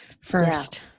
first